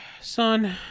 Son